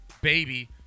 baby